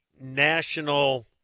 national